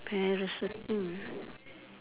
parachuting